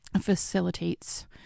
facilitates